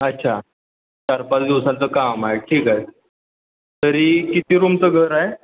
अच्छा चार पाच दिवसांचं काम आहे ठीक आहे तरी किती रूमचं घर आहे